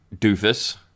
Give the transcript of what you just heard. doofus